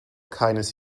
keines